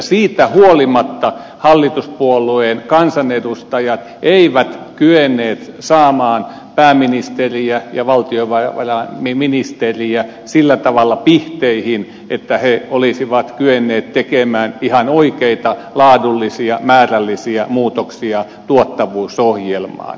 siitä huolimatta hallituspuolueen kansanedustajat eivät kyenneet saamaan pääministeriä ja valtiovarainministeriä sillä tavalla pihteihin että he olisivat kyenneet tekemään ihan oikeita laadullisia määrällisiä muutoksia tuottavuusohjelmaan